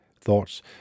thoughts